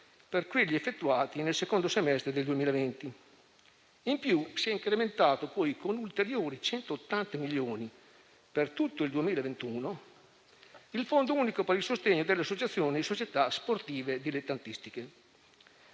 per quelli effettuati nel secondo semestre del 2020. In più, si è incrementato con ulteriori 180 milioni di euro per tutto il 2021 il Fondo unico per il sostegno delle associazioni e società sportive dilettantistiche.